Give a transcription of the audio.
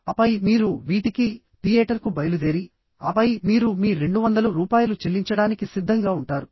ఆపై మీరు వీటికి థియేటర్కు బయలుదేరి ఆపై మీరు మీ 200 రూపాయలు చెల్లించడానికి సిద్ధంగా ఉంటారు